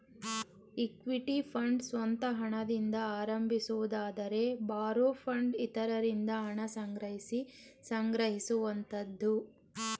equity fund ಸ್ವಂತ ಹಣದಿಂದ ಆರಂಭಿಸುವುದಾದರೆ ಬಾರೋ ಫಂಡ್ ಇತರರಿಂದ ಹಣ ಸಂಗ್ರಹಿಸಿ ಸಂಗ್ರಹಿಸುವಂತದ್ದು